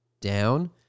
down